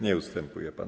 Nie ustępuje pan.